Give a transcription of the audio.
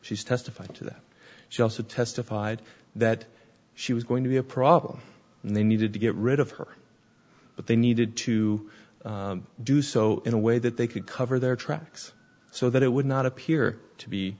she's testified to that she also testified that she was going to be a problem and they needed to get rid of her but they needed to do so in a way that they could cover their tracks so that it would not appear to be